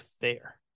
fair